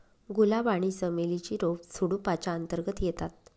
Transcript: गुलाब आणि चमेली ची रोप झुडुपाच्या अंतर्गत येतात